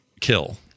kill